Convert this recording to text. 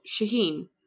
Shaheen